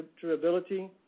durability